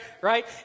right